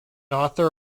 author